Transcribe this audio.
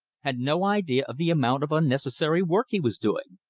had no idea of the amount of unnecessary work he was doing.